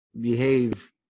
behave